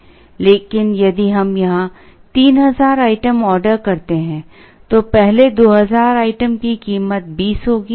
यदि हम यहां 3000 आइटम ऑर्डर करते हैं तो पहले 2000 आइटम की कीमत 20 होगी